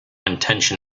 intention